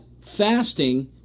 fasting